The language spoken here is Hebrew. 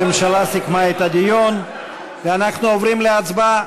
הממשלה סיכמה את הדיון, ואנחנו עוברים להצבעה.